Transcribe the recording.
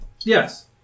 Yes